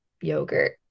yogurt